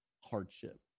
hardship